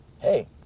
Hey